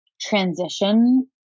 transition